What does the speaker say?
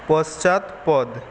পশ্চাৎপদ